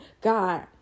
God